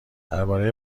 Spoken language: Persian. درباره